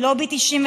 ללובי 99,